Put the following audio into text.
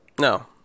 No